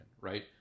right